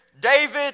David